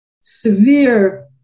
severe